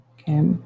Okay